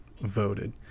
voted